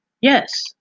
Yes